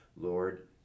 Lord